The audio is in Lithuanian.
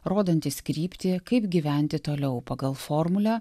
rodantis kryptį kaip gyventi toliau pagal formulę